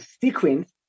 sequence